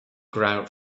grout